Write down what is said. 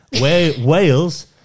Wales